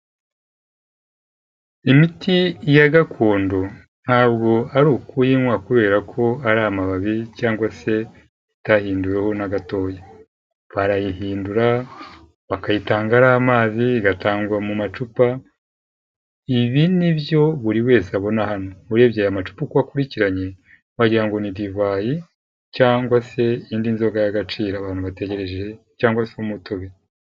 Imiti ya gakondo ntabwo ari ukuyinywa kubera ko amababi cg se itahinduweho na gatoya, barayihindura, bakayitanga ari amazi igatangwa mu macupa, ibi nibyo buri wese abona hano, urebye aya macupa uko akurikiranye, wagira ngo ni divayi cyangwa se indi nzoga y'agaciro abantu bategereje cyangwa se nk'umutobe.